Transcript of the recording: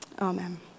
Amen